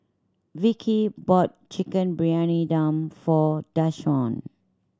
Vicky bought Chicken Briyani Dum for Dashawn